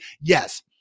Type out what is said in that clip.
yes